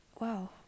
wow